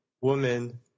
woman